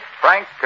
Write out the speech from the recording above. Frank